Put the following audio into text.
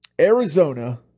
Arizona